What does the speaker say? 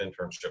internship